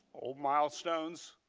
old milestones,